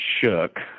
shook